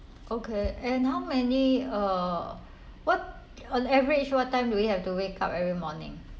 okay and how many uh what on average what time do we have to wake up every morning